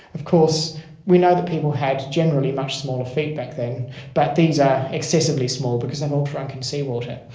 of course we know that people had generally much smaller feet back then but these are excessively small because they've all shrunk in seawater.